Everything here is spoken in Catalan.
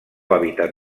hàbitat